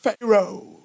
Pharaoh